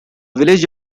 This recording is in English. village